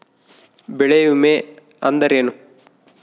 ಬೆಳೆ ವಿಮೆ ಅಂದರೇನು?